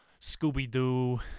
Scooby-Doo